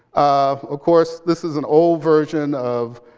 of ah course, this is an old version of